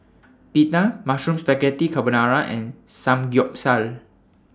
Pita Mushroom Spaghetti Carbonara and Samgyeopsal